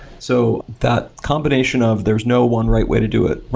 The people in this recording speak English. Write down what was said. so that combination of there's no one right way to do it.